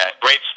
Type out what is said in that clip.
Great